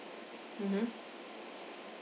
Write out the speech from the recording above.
mmhmm